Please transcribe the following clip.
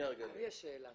לי יש שאלה.